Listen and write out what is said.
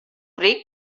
ric